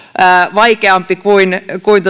vaikeampi kuin